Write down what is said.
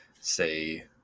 say